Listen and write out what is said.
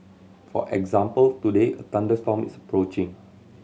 for example today a thunderstorm is approaching